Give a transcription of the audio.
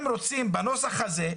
הם רוצים, בנוסח הזה,